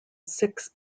six